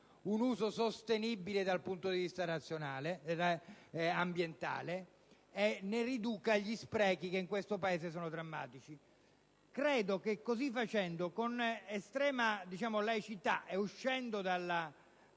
un uso sostenibile dal punto di vista ambientale e ne riduca gli sprechi che in questo Paese sono drammatici. Credo che così facendo, con estrema laicità, si uscirebbe